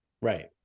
Right